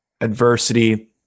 adversity